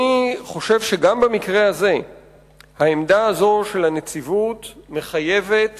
אני חושב שגם במקרה הזה העמדה הזאת של הנציבות מחייבת